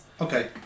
Okay